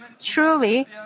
Truly